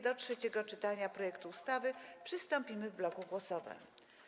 Do trzeciego czytania projektu ustawy przystąpimy w bloku głosowań.